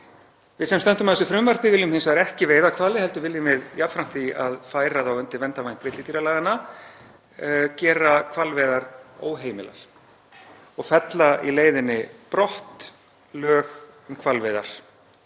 Við sem stöndum að þessu frumvarpi viljum hins vegar ekki veiða hvali heldur viljum við, jafnframt því að færa þá undir verndarvæng villidýralaganna, gera hvalveiðar óheimilar og fella í leiðinni brott lög um hvalveiðar,